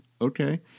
Okay